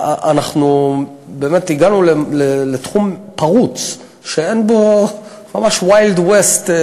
הגענו לתחום פרוץ, ממש wild west.